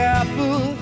apple